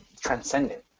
transcendent